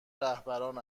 رهبران